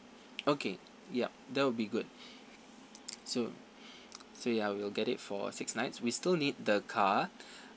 okay yup that will be good so so ya we'll get it for six nights we still need the car